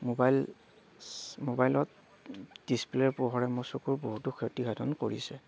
mobile ম'বাইলত ডিচপ্লে'ৰ পোহৰে মোৰ চকুৰ বহুতো ক্ষতিসাধন কৰিছে